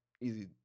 easy